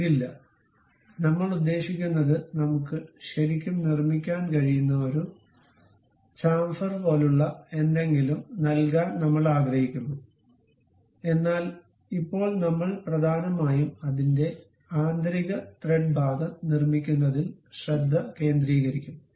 ഇത് ഇല്ല നമ്മൾ ഉദ്ദേശിക്കുന്നത് നമുക്ക് ശരിക്കും നിർമ്മിക്കാൻ കഴിയുന്ന ഒരു ഷാംഫർ പോലുള്ള എന്തെങ്കിലും നൽകാൻ നമ്മൾ ആഗ്രഹിക്കുന്നു എന്നാൽ ഇപ്പോൾ നമ്മൾ പ്രധാനമായും അതിന്റെ ആന്തരിക ത്രെഡ് ഭാഗം നിർമ്മിക്കുന്നതിൽ ശ്രദ്ധ കേന്ദ്രീകരിക്കും